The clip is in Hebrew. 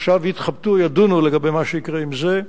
עכשיו יתחבטו, ידונו, לגבי מה שיקרה עם זה.